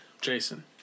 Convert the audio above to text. Jason